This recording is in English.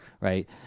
Right